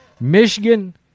Michigan